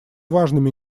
важными